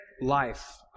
life